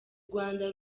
rwanda